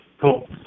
Cool